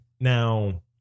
Now